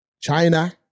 China